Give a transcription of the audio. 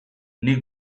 nik